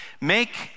Make